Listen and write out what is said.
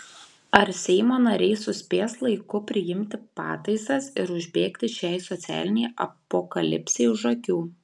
ar seimo nariai suspės laiku priimti pataisas ir užbėgti šiai socialinei apokalipsei už akių